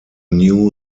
new